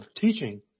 teaching